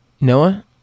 Noah